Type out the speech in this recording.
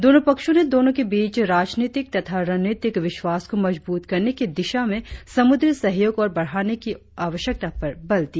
दोनों पक्षों ने दोनों के बीच राजनीतिक तथा रणनीतिक विश्वास को मजबूत करने की दिशा में समुद्री सहयोग और बढ़ाने की आवश्यकता पर बल दिया